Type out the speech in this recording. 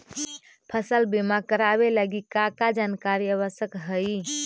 फसल बीमा करावे लगी का का जानकारी आवश्यक हइ?